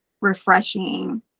refreshing